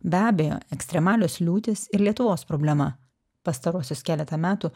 be abejo ekstremalios liūtys ir lietuvos problema pastaruosius keletą metų